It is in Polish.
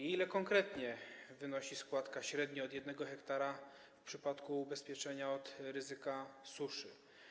Ile konkretnie wynosi składka średnio od 1 ha w przypadku ubezpieczenia od ryzyka suszy?